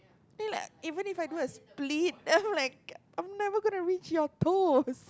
then you like even if I do a split then I'm like I'm never going to reach your toes